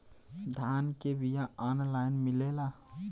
धान के बिया ऑनलाइन मिलेला?